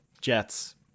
jets